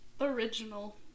original